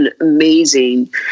amazing